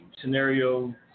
Scenario